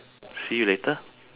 see you later